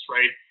Right